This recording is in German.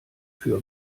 für